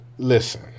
Listen